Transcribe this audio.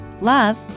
love